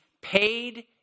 paid